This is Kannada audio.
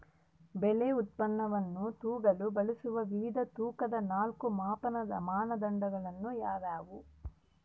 ಬೆಳೆ ಉತ್ಪನ್ನವನ್ನು ತೂಗಲು ಬಳಸುವ ವಿವಿಧ ತೂಕದ ನಾಲ್ಕು ಮಾಪನದ ಮಾನದಂಡಗಳು ಯಾವುವು?